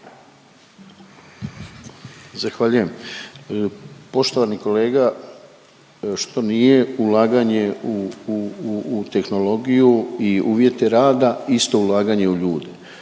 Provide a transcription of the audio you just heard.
Zahvaljujem. Poštovani kolega, što nije ulaganje u, u, u tehnologiju i uvjete rada, isto ulaganje u ljude.